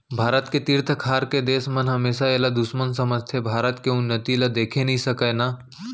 भारत के तीर तखार के देस मन हमेसा एला दुस्मन समझथें भारत के उन्नति ल देखे नइ सकय ना